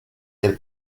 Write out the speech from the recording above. del